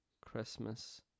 Christmas